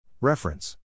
Reference